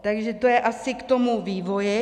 Takže to je asi k tomu vývoji.